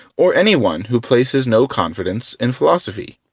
or anyone who places no confidence in philosophy.